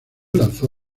lanzó